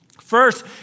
First